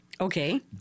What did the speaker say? Okay